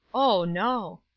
oh, no,